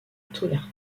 tolère